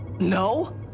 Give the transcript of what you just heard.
No